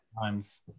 times